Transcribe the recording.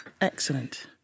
Excellent